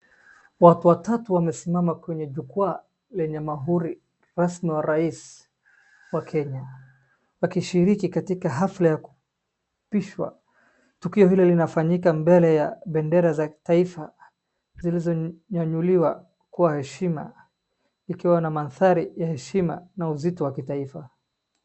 Watu watatu wamesimama kwenye jukwaa lenye mahuri rasmi wa rais wa Kenya, wakishiriki katika hafla ya kupishwa. Tukio hilo linafanyika mbele ya bendera za taifa zilizonyanyuliwa kwa heshima ikiwa na mandhari ya heshima na uzito wa kitaifa.